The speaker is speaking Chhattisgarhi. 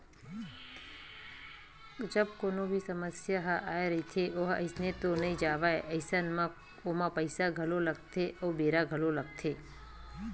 जब कोनो भी समस्या ह आय रहिथे ओहा अइसने तो नइ जावय अइसन म ओमा पइसा घलो लगथे अउ बेरा घलोक लगथे